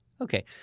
Okay